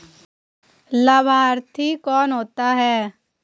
लाभार्थी कौन होता है?